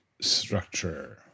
Structure